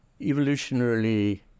evolutionarily